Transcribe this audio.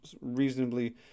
reasonably